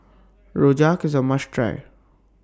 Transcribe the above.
Rojak IS A must Try